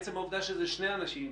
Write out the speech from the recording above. עצם העובדה שזה שני אנשים,